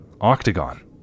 Octagon